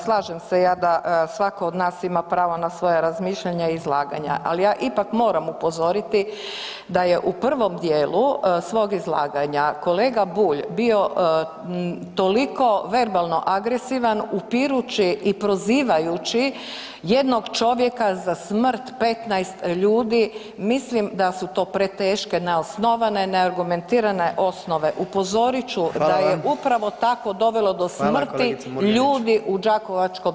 Slažem se ja da svako od nas ima pravo na svoje razmišljanje i izlaganja, al ja ipak moram upozoriti da je u prvom dijelu svog izlaganja kolega Bulj bio toliko verbalno agresivan upirući i prozivajući jednog čovjeka za smrt 15 ljudi, mislim da su to preteške, neosnovane, neargumentirane, osnove [[Upadica: Hvala vam]] Upozorit ću da je upravo tako dovelo do [[Upadica: Hvala kolegice Murganić]] smrti ljudi u đakovačkom centru.